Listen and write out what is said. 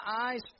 eyes